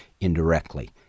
indirectly